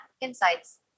insights